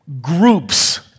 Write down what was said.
groups